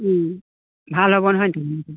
ভাল হ'ব নহয় তেতিয়া